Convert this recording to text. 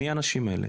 מי האנשים האלה?